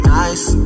nice